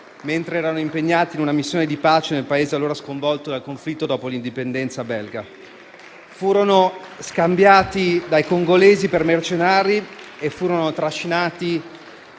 mentre erano impegnati in una missione di pace nel Paese allora sconvolto dal conflitto dopo l'indipendenza belga. Furono scambiati dai congolesi per mercenari e trascinati